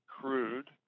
crude